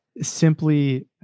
simply